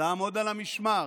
לעמוד על המשמר,